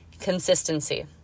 consistency